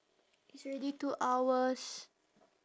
it's already two hours